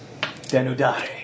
Denudare